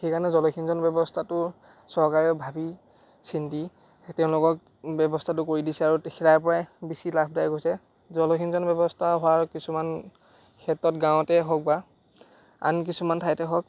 সেইকাৰণে জলসিঞ্চন ব্যৱস্থাটো চৰকাৰে ভাবি চিন্তি সেই তেওঁলোকক ব্যৱস্থাটো কৰি দিছে আৰু সেই তাৰ পৰাই বেছি লাভদায়ক হৈছে জলসিঞ্চন ব্যৱস্থা হোৱাৰ কিছুমান ক্ষেত্ৰত গাঁৱতেই হওক বা আন কিছুমান ঠাইতে হওক